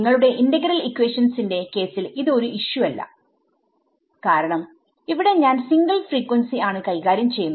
നിങ്ങളുടെ ഇന്റഗ്രൽ ഇക്വേഷൻസിന്റെകേസിൽ ഇത് ഒരു ഇഷ്യൂ അല്ല കാരണംഅവിടെ ഞാൻ സിംഗിൾ ഫ്രീക്വൻസി ആണ് കൈകാര്യം ചെയ്യുന്നത്